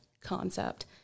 concept